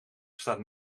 staat